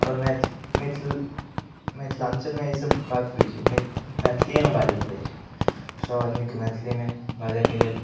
आओर मैथि मिथि मिथिलाञ्चलमे ईसभ बात होइत छै मैथ मैथलिएमे बाजय पड़ैत छै सभ आदमीके मैथिलीमे बाजयके लेल